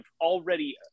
already